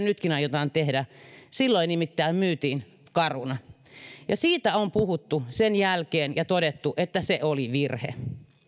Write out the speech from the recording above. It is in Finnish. nytkin aiotaan tehdä silloin nimittäin myytiin caruna ja siitä on puhuttu sen jälkeen ja todettu että se oli virhe